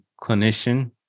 clinician